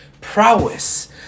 prowess